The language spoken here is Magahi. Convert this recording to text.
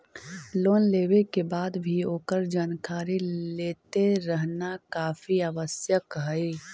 लोन लेवे के बाद भी ओकर जानकारी लेते रहना काफी आवश्यक हइ